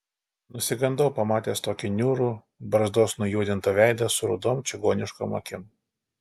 nusigandau pamatęs tokį niūrų barzdos nujuodintą veidą su rudom čigoniškom akim